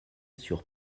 sur